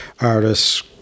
artists